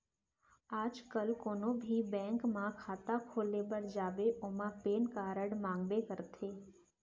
आज काल कोनों भी बेंक म खाता खोले बर जाबे ओमा पेन कारड मांगबे करथे